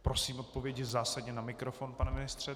Prosím odpovědi zásadně na mikrofon, pane ministře.